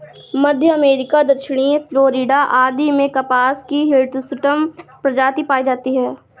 मध्य America, दक्षिणी Florida आदि में कपास की हिर्सुटम प्रजाति पाई जाती है